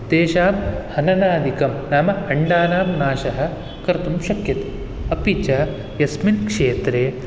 तेषां हननादिकं नाम अण्डानां नाशः कर्तुं शक्यते अपि च यस्मिन् क्षेत्रे